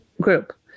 group